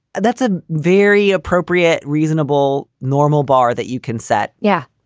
that's a very appropriate, reasonable, normal bar that you can set. yeah.